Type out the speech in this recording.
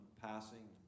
passing